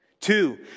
Two